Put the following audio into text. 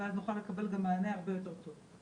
ואז גם נוכל לקבל מענה הרבה יותר טוב.